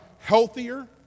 Healthier